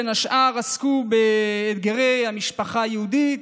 בין השאר, הם עסקו באתגרי המשפחה היהודית,